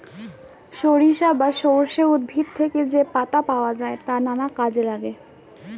সরিষা বা সর্ষে উদ্ভিদ থেকে যে পাতা পাওয়া যায় তা নানা কাজে লাগে